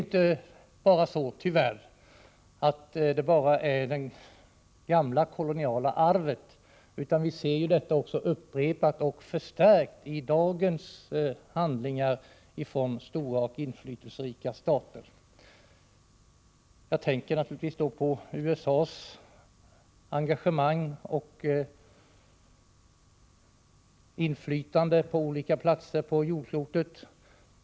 Tyvärr är det här inte bara fråga om det koloniala arvet, utan vi ser detta upprepat och förstärkt i dagens handlingar från stora och inflytelserika stater. Jag tänker naturligtvis då på USA:s engagemang och inflytande på olika platser på jordklotet.